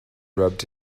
rubbed